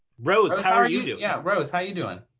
rose, how are you doing? yeah, rose, how are you doing?